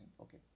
Okay